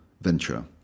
venture